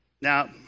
Now